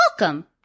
Welcome